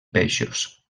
peixos